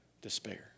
despair